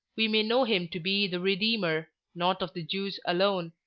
we may know him to be the redeemer, not of the jews alone,